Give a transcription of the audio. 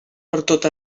pertot